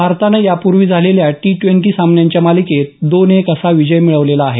भारतानं याप्र्वी झालेल्या टीड्वेंटी सामन्यांच्या मालिकेत दोन एक असा विजय मिळवला आहे